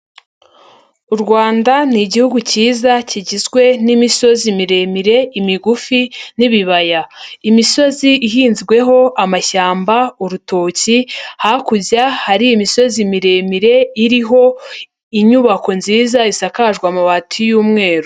U Rwanda ni igihugu cyiza kigizwe n'imisozi miremire, imigufi n'ibibaya. Imisozi ihinzweho amashyamba, urutoki, hakurya hari imisozi miremire iriho inyubako nziza isakajwe amabati y'umweru.